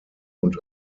und